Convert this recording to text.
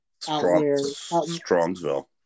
Strongsville